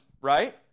right